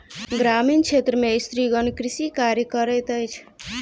ग्रामीण क्षेत्र में स्त्रीगण कृषि कार्य करैत अछि